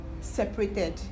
separated